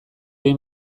egin